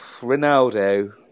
Ronaldo